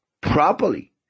properly